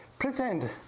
Pretend